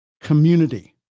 community